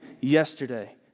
yesterday